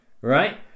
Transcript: right